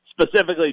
specifically